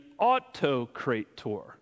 Autocrator